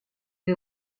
les